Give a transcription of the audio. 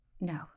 No